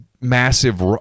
massive